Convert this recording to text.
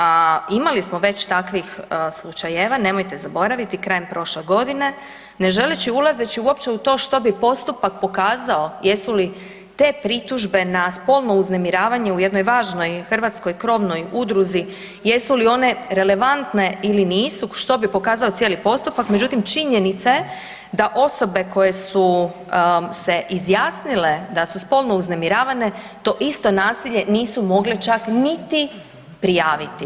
A imali smo već takvih slučajeva, nemojte zaboraviti, krajem prošle godine ne želeć i ulazeć uopće u to što bi postupak pokazao jesu li te pritužbe na spolno uznemiravanje u jednoj važnoj hrvatskoj krovnoj udruzi jesu li one relevantne ili nisu, što bi pokazao cijeli postupak, međutim činjenica je da osobe koje su se izjasnile da su spolno uznemiravane to isto nasilje nisu mogle čak niti prijaviti.